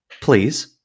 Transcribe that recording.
please